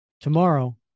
Tomorrow